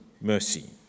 mercy